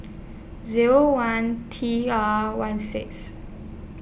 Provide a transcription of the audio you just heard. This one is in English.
Zero one T R one six